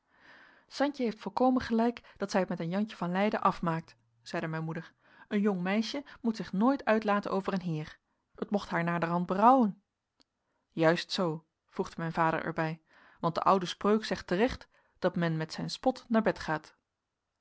santje heeft volkomen gelijk dat zij het met een jantje van leiden afmaakt zeide mijn moeder een jong meisje moet zich nooit uitlaten over een heer het mocht haar naderhand berouwen juist zoo voegde mijn vader er bij want de oude spreuk zegt terecht dat men met zijn spot naar bed gaat